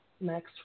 next